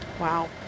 Wow